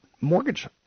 Mortgage